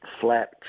flat